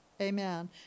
Amen